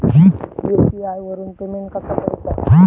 UPI वरून payment कसा करूचा?